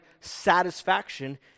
satisfaction